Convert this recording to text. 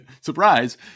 surprise